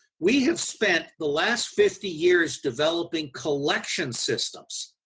we have spent the last fifty years developing collection systems.